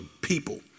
people